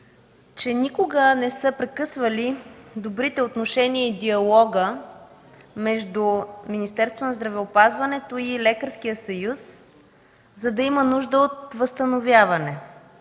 че никога не са прекъсвали добрите отношения и диалога между Министерството на здравеопазването и Лекарският съюз, за да има нужда от възстановяване.